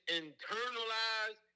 internalize